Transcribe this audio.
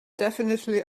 definitely